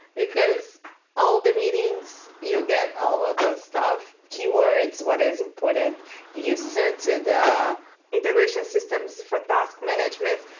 because all the meetings, you'll get all of the stuff keywords, what is important you send to the integration systems for task management.